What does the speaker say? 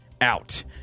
out